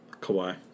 Kawhi